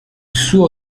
suo